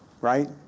right